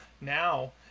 Now